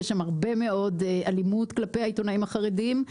יש שם הרבה מאוד אלימות כלפי העיתונאים החרדים.